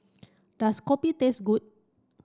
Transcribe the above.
does Kopi taste good